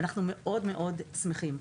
ואנחנו מאוד מאוד שמחים.